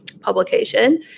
publication